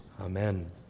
amen